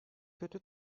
kötü